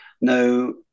no